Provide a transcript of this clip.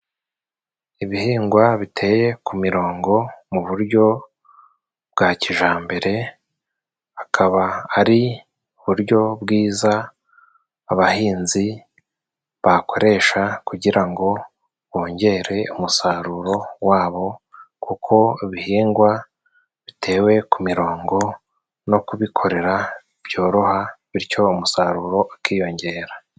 Ibihingwa biteye ku mirongo mu buryo bwa kijambere. Akaba ari uburyo bwiza abahinzi bakoresha kugira ngo bongere umusaruro wabo. Kuko ibihingwa bitewe ku mirongo, no kubikorera byoroha bityo umusaruro ukiyongera.